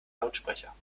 lautsprecher